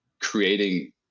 creating